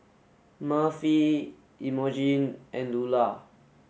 Murphy Imogene and Lulah